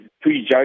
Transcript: prejudge